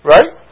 Right